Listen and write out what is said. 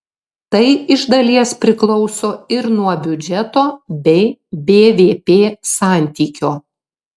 tai iš dalies priklauso ir nuo biudžeto bei bvp santykio